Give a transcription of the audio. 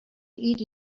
eat